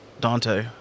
Dante